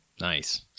Nice